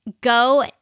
go